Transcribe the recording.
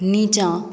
नीचाँ